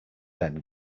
then